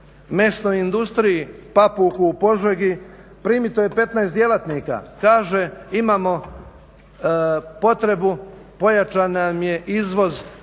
mesnoj industriji Papuku u Požegi primito je 15 djelatnika, kaže imamo potrebu, pojačan nam je izvoz